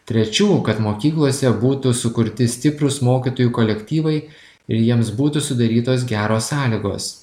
trečių kad mokyklose būtų sukurti stiprūs mokytojų kolektyvai ir jiems būtų sudarytos geros sąlygos